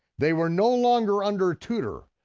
they were no longer under tutor,